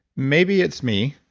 maybe it's me,